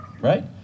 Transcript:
right